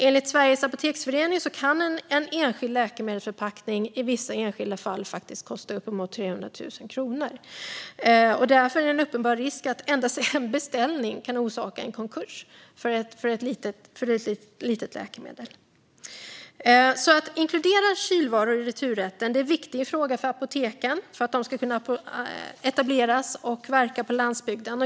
Enligt Sveriges Apoteksförening kan en enskild läkemedelsförpackning i vissa fall kosta uppemot 300 000 kronor. Risken är därför uppenbar att en enda beställning kan orsaka konkurs för ett litet apotek. Att inkludera kylvaror i returrätten är alltså en viktig fråga för att apoteken ska kunna etableras och verka på landsbygden.